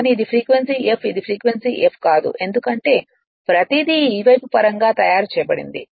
కాబట్టి ఇది frequency f ఇది ఫ్రీక్వెన్సీ f కాదు ఎందుకంటే ప్రతిదీ ఈ వైపు పరంగా తయారు చేయబడింది